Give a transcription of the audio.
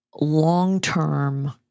long-term